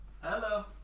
Hello